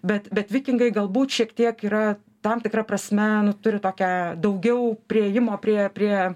bet bet vikingai galbūt šiek tiek yra tam tikra prasme nu turi tokią daugiau priėjimo prie prie